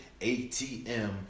ATM